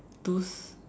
those